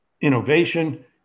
innovation